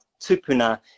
tupuna